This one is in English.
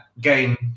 game